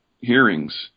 hearings